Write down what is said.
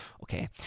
okay